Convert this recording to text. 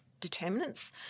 determinants